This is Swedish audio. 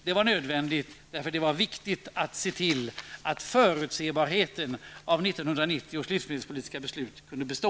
Det var alltså nödvändigt att gå emot, eftersom det har varit viktigt att se till att förutsebarheten beträffande 1990 års livsmedelspolitiska beslut kan bestå.